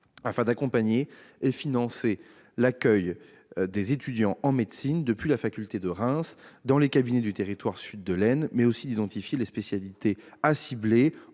d'accompagner et de financer l'accueil des étudiants en médecine depuis la faculté de Reims dans les cabinets du territoire situé au sud de l'Aisne, mais aussi d'identifier les spécialités à cibler